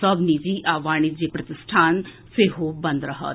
सभ निजी आ वाणिज्यिक प्रतिष्ठान सेहो बंद रहत